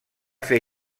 fer